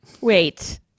Wait